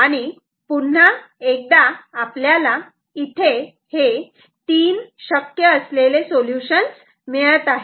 आणि पुन्हा एकदा आपल्याला इथे हे तीन शक्य असलेले सोल्युशन्स मिळत आहेत